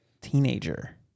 teenager